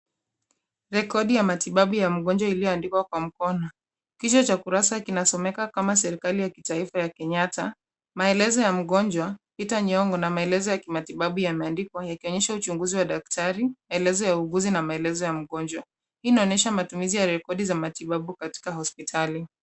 Rekodi ya matibabu ya mgonjwa iliyoandikwa kwa mkono. Kichwa cha kurasa kinasomeka kama Serikali ya kitaifa ya Kenyatta. Maelezo ya mgonjwa, Peter Nyongo, na maelezo ya kimatibabu yameandikwa yakionyesha uchunguzi wa daktari, ya maelezo ya uuguzi na maelezo ya mgonjwa. Hii inaeleza matumizi ya rekodi za matibabu katika hospitali.